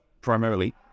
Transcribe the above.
primarily